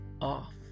off